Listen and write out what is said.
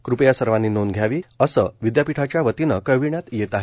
कृपया सर्वांनी नोंद घ्यावी असं विद्यापीठाच्या वतीनं कळविण्यात येत आहे